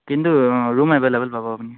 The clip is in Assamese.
কিন্তু ৰুম এভেইলেবল পাব আপুনি